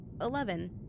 Eleven